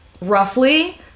roughly